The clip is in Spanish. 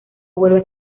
vuelve